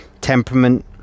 temperament